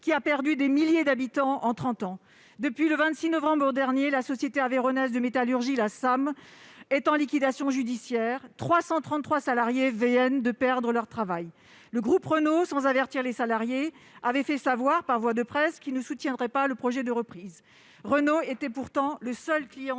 qui a perdu des milliers d'habitants en trente ans ? Depuis le 26 novembre dernier, la Société aveyronnaise de métallurgie, la SAM, est en liquidation judiciaire et 333 salariés viennent de perdre leur travail. Le groupe Renault a fait savoir par voie de presse, sans avertir les salariés, qu'il ne soutiendrait pas le projet de reprise. Il est pourtant le seul client